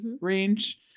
range